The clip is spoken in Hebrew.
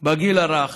בגיל הרך